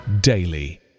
daily